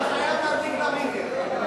אתה חייב להדליק לה וינקר.